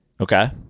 Okay